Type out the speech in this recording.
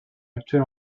actuel